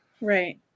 right